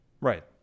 Right